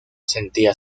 sentía